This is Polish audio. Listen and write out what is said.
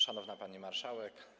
Szanowna Pani Marszałek!